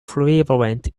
prevalent